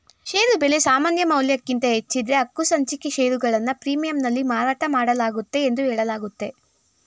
ಷೇರು ಬೆಲೆ ಸಮಾನಮೌಲ್ಯಕ್ಕಿಂತ ಹೆಚ್ಚಿದ್ದ್ರೆ ಹಕ್ಕುಸಂಚಿಕೆ ಷೇರುಗಳನ್ನ ಪ್ರೀಮಿಯಂನಲ್ಲಿ ಮಾರಾಟಮಾಡಲಾಗುತ್ತೆ ಎಂದು ಹೇಳಲಾಗುತ್ತೆ